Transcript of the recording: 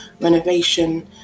renovation